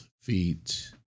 feet